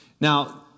Now